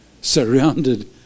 surrounded